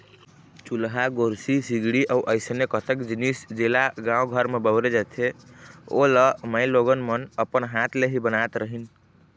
चूल्हा, गोरसी, सिगड़ी अउ अइसने कतेक जिनिस जेला गाँव घर म बउरे जाथे ओ ल माईलोगन मन अपन हात ले बनात रहिन